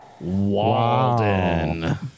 Walden